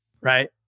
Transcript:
right